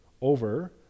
over